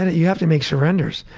and you have to make surrenders,